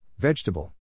Vegetable